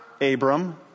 Abram